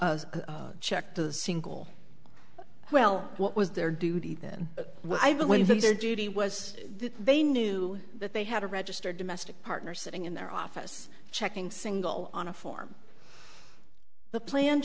was checked to the single well what was their duty then i believe that their duty was they knew that they had a registered domestic partner sitting in their office checking single on a form the plan